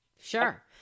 Sure